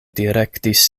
direktis